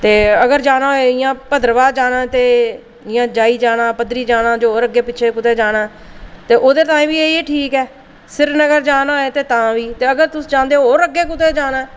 अगर जाना होऐ इ'यां ते भद्रवाह जाना होऐ ते इ'यां जाना जाई जाना पद्दरी जाना जां होर कुदै अग्गें पिच्छें जाना ते ओह्दे ताहीं बी एह् ठीक ऐ श्रीनगर जाना होऐ ते तां बी अगर तुस चांह्दे ओ कि होर अग्गें कुदै जाना ऐ